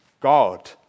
God